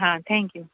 હા thank you